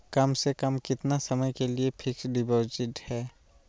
कम से कम कितना समय के लिए फिक्स डिपोजिट है?